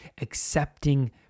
accepting